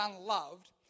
unloved